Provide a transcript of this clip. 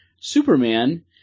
Superman